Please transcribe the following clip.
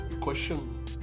Question